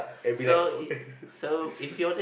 and be like oh